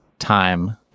time